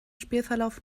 spielverlauf